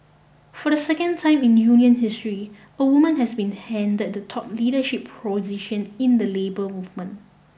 for the second time in union history a woman has been handed the top leadership position in the labour movement